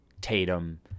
Tatum